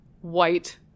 white